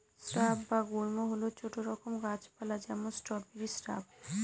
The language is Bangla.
স্রাব বা গুল্ম হল ছোট রকম গাছ পালা যেমন স্ট্রবেরি শ্রাব